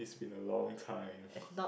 in a long time